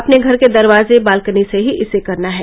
अपने घर के दरवाजे बालकनी से ही इसे करना है